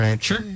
Sure